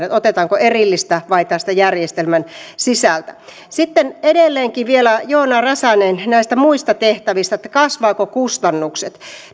siitä otetaanko erillistä vai tästä järjestelmän sisältä sitten edelleenkin vielä joona räsänen kysyi näistä muista tehtävistä että kasvavatko kustannukset